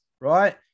right